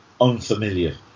unfamiliar